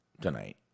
Tonight